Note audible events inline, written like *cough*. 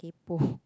kaypo *breath*